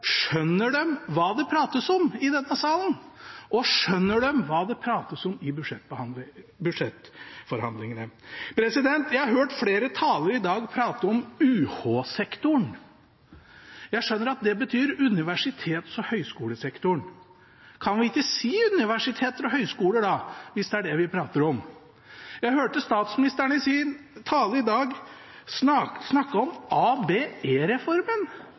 Skjønner de hva det prates om i denne salen? Og skjønner de hva det prates om i budsjettforhandlingene? Jeg har hørt flere talere i dag prate om UH-sektoren. Jeg skjønner at det betyr universitets- og høyskolesektoren. Kan vi ikke da si universiteter og høyskoler, hvis det er det vi prater om? Jeg hørte statsministeren i sin tale i dag snakke om